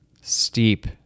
steep